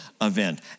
event